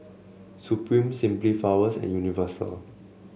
Supreme Simply Flowers and Universal